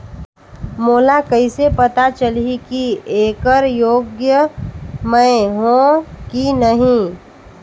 मोला कइसे पता चलही की येकर योग्य मैं हों की नहीं?